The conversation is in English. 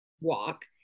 walk